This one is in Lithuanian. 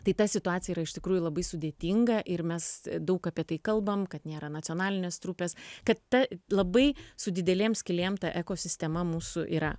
tai ta situacija yra iš tikrųjų labai sudėtinga ir mes daug apie tai kalbam kad nėra nacionalinės trupės kad ta labai su didelėm skylėm ta ekosistema mūsų yra